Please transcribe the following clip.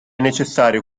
necessario